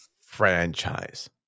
Franchise